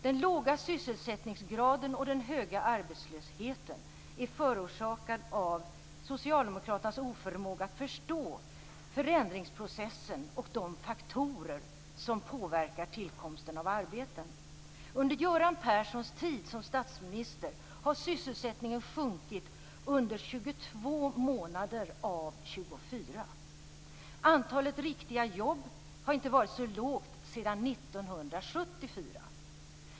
Den låga sysselsättningsgraden och den höga arbetslösheten är förorsakad av Socialdemokraternas oförmåga att förstå förändringsprocessen och de faktorer som påverkar tillkomsten av arbeten. Under Göran Perssons tid som statsminister har sysselsättningen sjunkit under 22 månader av 24. Antalet riktiga jobb har inte varit så lågt sedan 1974.